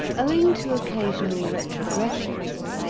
owing to occasional retrogressions,